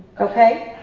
okay?